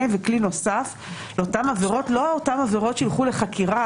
וכלי נוסף לא לאותן עבירות שילכו לחקירה,